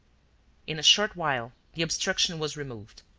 in a short while the obstruction was removed.